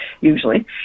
usually